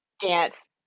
dance